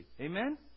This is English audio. Amen